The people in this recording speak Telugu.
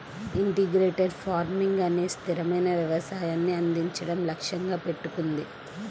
ఇంటిగ్రేటెడ్ ఫార్మింగ్ అనేది స్థిరమైన వ్యవసాయాన్ని అందించడం లక్ష్యంగా పెట్టుకుంది